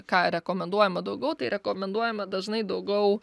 ką rekomenduojama daugiau tai rekomenduojama dažnai daugiau